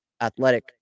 athletic